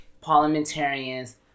parliamentarians